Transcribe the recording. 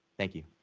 thank you.